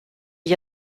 gli